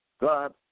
God